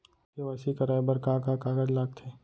KYC कराये बर का का कागज लागथे?